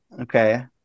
okay